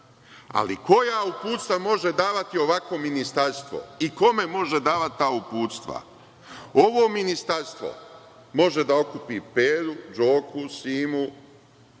ali koja uputstva može davati ovakvo ministarstvo i kome može davati ta uputstva. Ovo ministarstvo može da okupi Peru, Đoku, Simu,